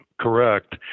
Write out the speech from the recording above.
correct